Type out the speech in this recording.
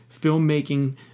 filmmaking